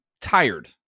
tired